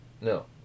No